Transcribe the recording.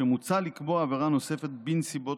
כאשר מוצע לקבוע עבירה נוספת בנסיבות